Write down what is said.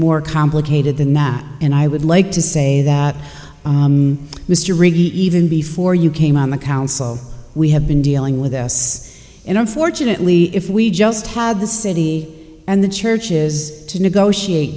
more complicated than that and i would like to say that mr riggs even before you came on the council we have been dealing with this and unfortunately if we just had the city and the churches to negotiate